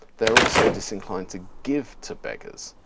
they're also disinclined to give to beggars,